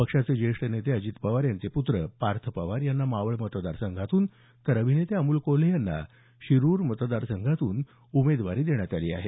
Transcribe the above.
पक्षाचे ज्येष्ठ नेते अजित पवार यांचे पुत्र पार्थ पवार यांना मावळ मतदार संघातून तर अभिनेते अमोल कोल्हे यांना शिरूर मतदार संघातून उमेदवारी देण्यात आली आहे